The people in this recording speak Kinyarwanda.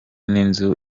n’inzu